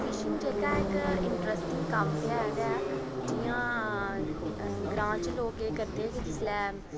fishing जेह्का इक interesting कम्म ते है गै है जि'यां ग्रांऽ च लोक केह् करदे कि जिसलै